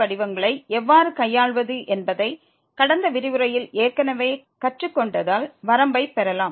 படிவங்களை எவ்வாறு கையாள்வது என்பதை கடந்த விரிவுரையில் ஏற்கனவே கற்றுக்கொண்டதால் வரம்பைப் பெறலாம்